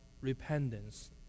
repentance